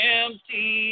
empty